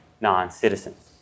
non-citizens